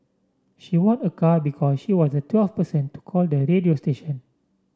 she won a car because she was the twelfth person to call the radio station